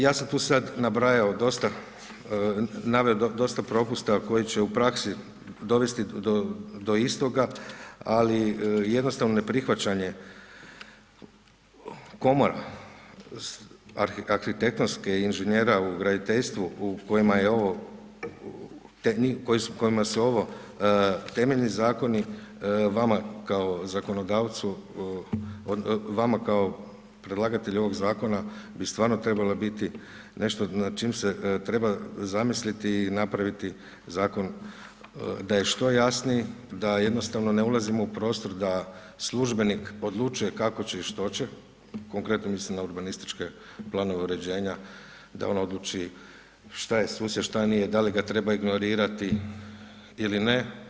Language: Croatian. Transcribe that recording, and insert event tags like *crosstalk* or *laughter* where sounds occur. Ja sam tu sada nabrajao, dosta naveo, dosta propusta, koji će u praksi dovesti do istoga, ali jednostavno neprihvaćanje, Komora, arhitektonske, inženjera u graditeljstvu, kojima je ovo, kojima se ovo temeljni zakoni, vama kao zakonodavcu, vama kao predlagatelju ovog zakona, bi stvarno trebala biti, nešto na čim se treba zamisliti i napraviti zakon, da je što jasniji, da jednostavno ne ulazimo u prostor, da službenik, odlučuje kako će i što će, konkretno mislim na urbanističke planove uređenja, da ono odluči, šta je … *unintelligible* šta nije, da li ga treba ignorirati ili ne.